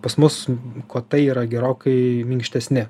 pas mus kotai yra gerokai minkštesni